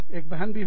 एक बहन भी हूँ